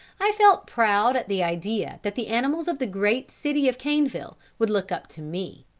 i felt proud at the idea that the animals of the great city of caneville would look up to me,